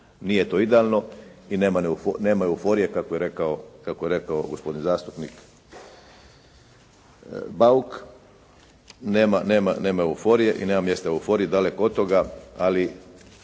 Nije to idealno i nema euforije kako je rekao gospodin zastupnik Bauk. Nema euforije i nema mjesta euforiji daleko od toga. Ali